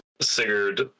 Sigurd